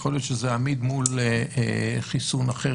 יכול להיות שזה עמיד מול חיסון אחר